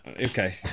Okay